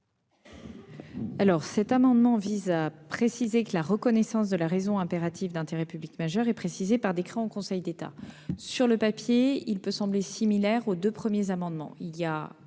Cet amendement vise à indiquer que la reconnaissance de la raison impérative d'intérêt public majeur est précisée par décret en Conseil d'État. À première vue, il peut sembler similaire aux deux amendements